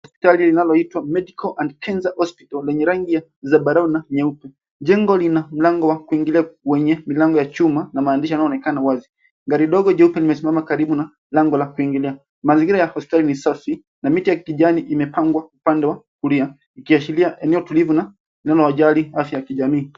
Hospitali linaloitwa medical and Kenza hospital lenye rangi ya zambarau na nyeupe. Jengo lina mlango wa kuingilia wenye milango ya chuma na maandishi yanayoonekana wazi. Gari dogo jeupe limesimama karibu na lango la kuingilia. Mazingira ya hospitali ni safi na miti ya kijani imepandwa upande wa kulia ikiashiria eneo tulivu na inayowajali afya ya kijamii.